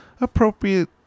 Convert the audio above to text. appropriate